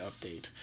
update